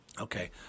Okay